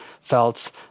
felt